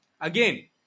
Again